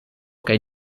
kaj